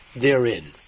therein